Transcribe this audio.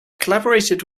collaborated